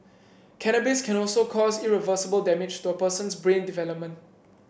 cannabis can also cause irreversible damage to a person's brain development